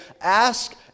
ask